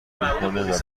جورکنه